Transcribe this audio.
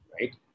right